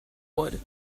wood